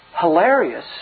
hilarious